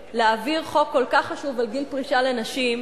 להעביר חוק כל כך חשוב על גיל פרישה לנשים,